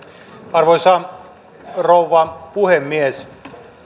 arvoisa rouva puhemies